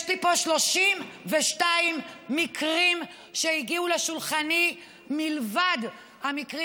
יש לי פה 32 מקרים שהגיעו לשולחני מלבד המקרים